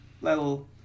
little